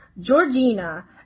Georgina